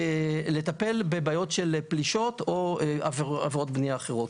לטפל בבעיות של פלישות או עבירות בנייה אחרות.